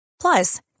Plus